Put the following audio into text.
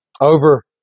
over